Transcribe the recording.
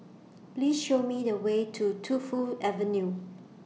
Please Show Me The Way to Tu Fu Avenue